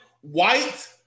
white